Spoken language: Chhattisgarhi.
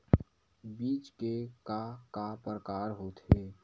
बीज के का का प्रकार होथे?